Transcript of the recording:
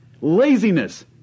Laziness